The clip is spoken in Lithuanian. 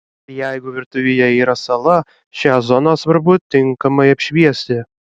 jeigu virtuvėje yra sala šią zoną svarbu tinkamai apšviesti